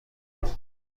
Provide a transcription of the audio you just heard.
بود